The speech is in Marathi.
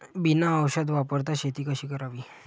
बिना औषध वापरता शेती कशी करावी?